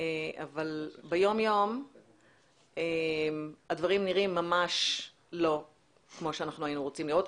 אבל ביום-יום הדברים נראים ממש לא כמו שאנחנו היינו רוצים לראות.